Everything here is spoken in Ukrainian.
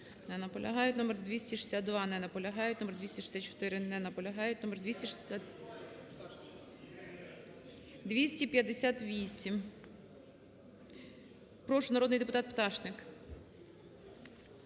Не наполягають. Номер 257. Не наполягають. Номер 262. Не наполягають. Номер 264. Не наполягають. Номер… 258. Прошу, народний депутат Пташник.